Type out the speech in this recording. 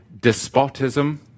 despotism